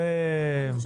קחו אחריות.